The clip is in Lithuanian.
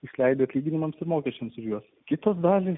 išleidę atlyginimams mokesčiams juos kitą dalį